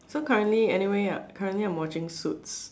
so currently anyway currently I'm watching suits